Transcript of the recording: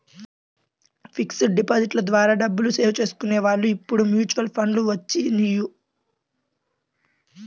fixed డిపాజిట్ల ద్వారా డబ్బుని సేవ్ చేసుకునే వాళ్ళు ఇప్పుడు మ్యూచువల్ ఫండ్లు వచ్చినియ్యి